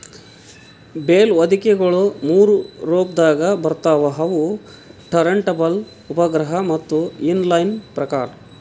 bale ಹೊದಿಕೆಗೊಳ ಮೂರು ರೊಪದಾಗ್ ಬರ್ತವ್ ಅವು ಟರಂಟಬಲ್, ಉಪಗ್ರಹ ಮತ್ತ ಇನ್ ಲೈನ್ ಪ್ರಕಾರ್